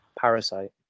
parasite